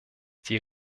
die